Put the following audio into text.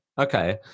Okay